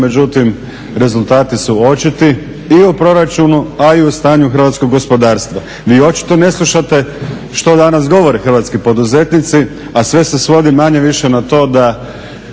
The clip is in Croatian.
međutim rezultati su očiti i u proračunu a i u stanju hrvatskog gospodarstva. Vi očito ne slušate što danas govore hrvatski poduzetnici a sve se svodi manje-više na to da